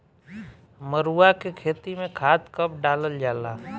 मरुआ के खेती में खाद कब डालल जाला?